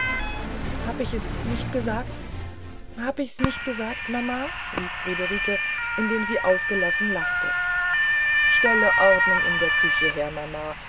hab ich es nicht gesagt mama rief friederike indem sie ausgelassen lachte stelle ordnung in der küche her mama